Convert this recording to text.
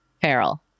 feral